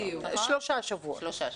שלושה שבועות.